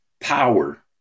power